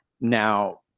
now